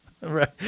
Right